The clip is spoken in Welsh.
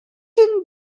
oeddet